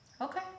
okay